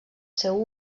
seu